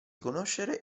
conoscere